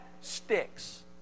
sticks